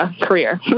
career